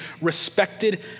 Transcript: respected